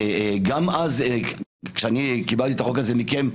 גם כשאני קיבלתי את החוק הזה מכם,